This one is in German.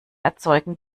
erzeugen